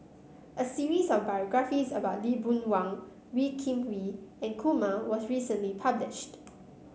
a series of biographies about Lee Boon Wang Wee Kim Wee and Kumar was recently published